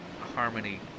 harmony